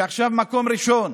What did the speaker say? שעכשיו היא במקום ראשון